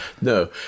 No